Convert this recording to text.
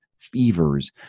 fevers